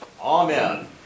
Amen